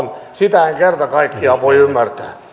sitä en kerta kaikkiaan voi ymmärtää